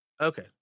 Okay